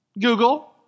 Google